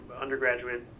undergraduate